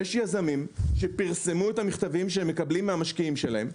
יש יזמים שפרסמו את המכתבים שהם מקבלים מהמשקיעים שלהם,